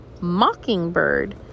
mockingbird